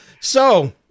So-